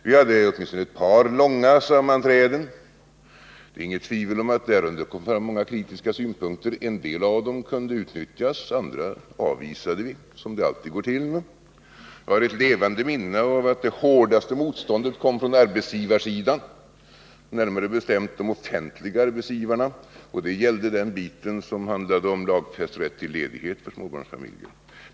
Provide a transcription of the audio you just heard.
Vi hade åtminstone ett par ganska långa sammanträden med dem. Det kom förvisso fram en del kritiska synpunkter, och en del av dem kunde utnyttjas. Andra blev avvisade, såsom alltid brukar ske. Jag har ett levande minne av att det hårdaste motståndet kom från arbetsgivarsidan, närmare bestämt från de offentliga arbetsgivarna, och att det avsåg den lagfästa rätten till ledighet för småbarnsfamiljerna.